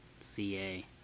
CA